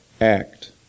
act